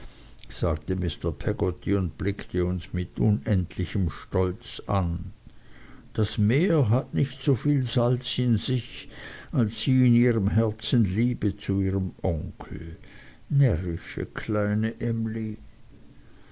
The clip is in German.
sagte mr peggotty und blickte uns mit unendlichem stolz an das meer hat nicht so viel salz in sich als sie in ihrem herzen liebe zu ihrem onkel närrische kleine emly